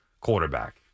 Quarterback